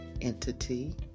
Entity